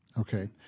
Okay